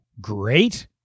Great